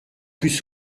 plus